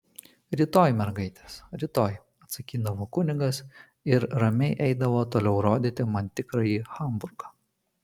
rytoj mergaitės rytoj atsakydavo kunigas ir ramiai eidavo toliau rodyti man tikrąjį hamburgą